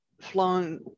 flown